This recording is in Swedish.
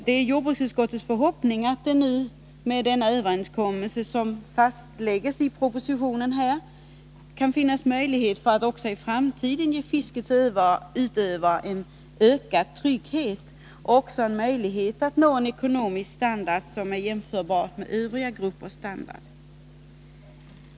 Det är jordbruksutskottets förhoppning att det med denna överenskommelse skall finnas möjligheter att också i framtiden ge fiskets utövare en ökad trygghet och förutsättningar att nå en ekonomisk standard som är jämförbar med övriga gruppers i samhället.